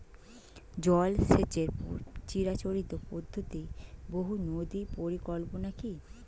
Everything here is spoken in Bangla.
জল সেচের চিরাচরিত পদ্ধতি বহু নদী পরিকল্পনা কি?